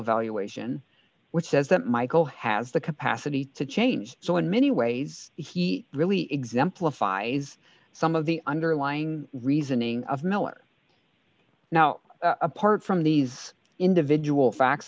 evaluation which says that michael has the capacity to change so in many ways he really exemplifies some of the underlying reasoning of miller now apart from these individual facts